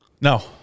no